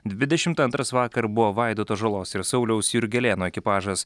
dvidešimt antras vakar buvo vaidoto žalos ir sauliaus jurgelėno ekipažas